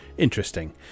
interesting